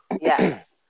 yes